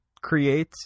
create